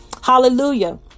Hallelujah